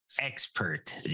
expert